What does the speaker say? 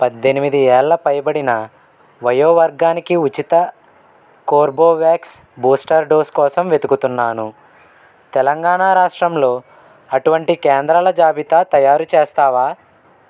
పద్దెనిమిది ఏళ్ళు పైబడిన వయో వర్గానికి ఉచిత కోర్బెవాక్స్ బూస్టర్ డోస్ కోసం వెతుకుతున్నాను తెలంగాణా రాష్ట్రంలో అటువంటి కేంద్రాల జాబితా తయారు చేస్తావా